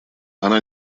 она